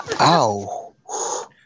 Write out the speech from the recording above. Ow